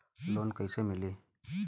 Loan कइसे मिलि?